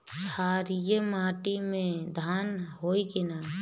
क्षारिय माटी में धान होई की न?